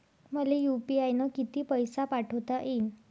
मले यू.पी.आय न किती पैसा पाठवता येईन?